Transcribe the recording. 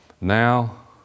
now